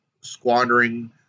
squandering